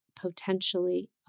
potentially